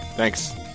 Thanks